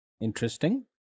Interesting